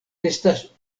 estas